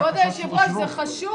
כבוד היושב-ראש, זה חשוב.